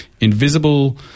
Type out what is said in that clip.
Invisible